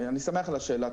אני שמח על השאלה.